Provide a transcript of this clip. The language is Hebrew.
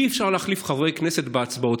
אי-אפשר להחליף חברי כנסת בהצבעות.